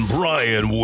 Brian